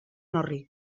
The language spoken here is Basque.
horri